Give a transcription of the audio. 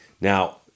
Now